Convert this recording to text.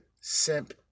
simp